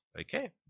okay